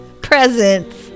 Presents